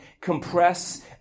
compress